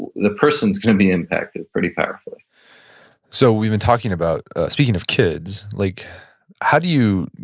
the person's going to be impacted pretty powerfully so we've been talking about, speaking of kids, like how do you,